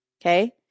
Okay